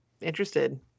interested